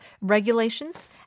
regulations